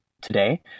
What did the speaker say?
today